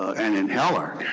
and in heller.